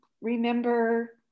remember